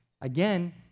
Again